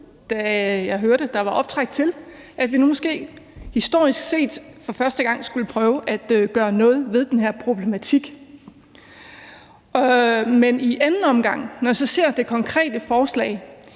da jeg hørte, at der var optræk til, at vi for første gang i historien skulle prøve at gøre noget ved den her problematik. Men da jeg i anden omgang så det konkrete forslag,